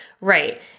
Right